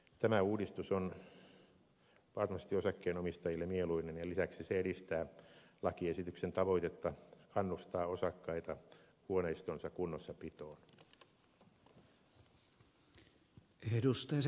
tämä uudistus on varmasti osakkeenomistajille mieluinen ja lisäksi se edistää lakiesityksen tavoitetta kannustaa osakkaita huoneistonsa kunnossapitoon